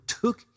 took